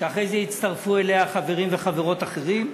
ואחרי זה הצטרפו אליה חברים וחברות אחרים.